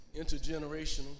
intergenerational